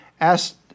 asked